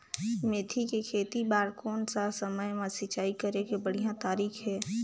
मेथी के खेती बार कोन सा समय मां सिंचाई करे के बढ़िया तारीक हे?